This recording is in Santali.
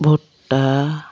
ᱵᱷᱩᱴᱴᱟ